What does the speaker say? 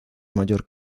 mayor